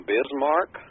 Bismarck